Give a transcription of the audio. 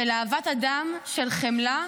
של אהבת אדם, של חמלה.